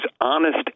honest